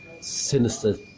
sinister